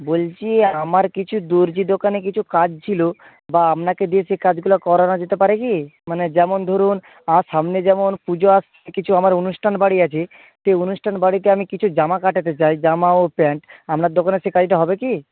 বলছি আমার কিছু দর্জি দোকানে কিছু কাজ ছিল বা আপনাকে দিয়ে সেই কাজগুলো করানো যেতে পারে কি মানে যেমন ধরুন সামনে যেমন পুজো আসছে কিছু আমার অনুষ্ঠান বাড়ি আছে সেই অনুষ্ঠান বাড়িতে আমি কিছু জামা কাটাতে চাই জামা ও প্যান্ট আপনার দোকানে সেই কাজটা হবে কি